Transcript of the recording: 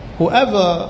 Whoever